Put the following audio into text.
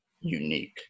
unique